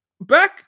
back